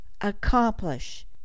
accomplish